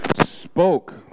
spoke